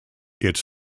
its